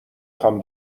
خوام